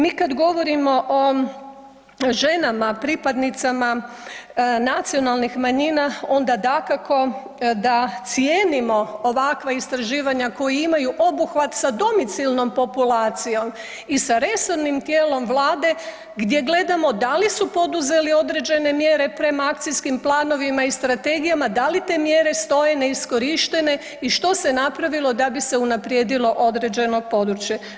Mi kada govorimo o ženama pripadnicama nacionalnih manjina onda dakako da cijenimo ovakva istraživanja koja imaju obuhvat sa domicilnom populacijom i sa resornim tijelom Vlade gdje gledamo da li su poduzeli određene mjere prema akcijskim planovima i strategijama, da li te mjere stoje neiskorištene i što se je napravilo da bi se unaprijedilo određeno područje.